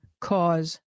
cause